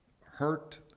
hurt